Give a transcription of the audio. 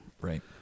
right